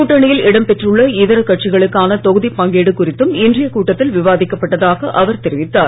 கூட்டணியில் இடம்பெற்றுள்ள இதர கட்சிகளுக்கான தொகுதி பங்கீடு குறித்தும் இன்றைய கூட்டத்தில் விவாதிக்கப்பட்டதாக அவர் தெரிவித்தார்